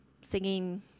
singing